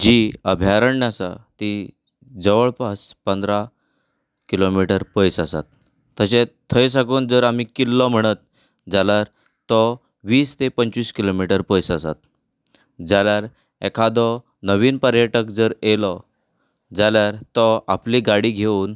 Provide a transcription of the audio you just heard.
जीं अभ्यारण्य आसा तीं जवळ पास पंदरा किलोमिटर पयस आसात तशेंत थंय साकून जर आमी किल्लो म्हणत जाल्यार तो वीस ते पंचवीस किलोमिटर पयस आसात जाल्यार एखादो नवीन पर्यटक जर येलो जाल्यार तो आपली गाडी घेवन